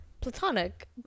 platonic